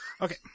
Okay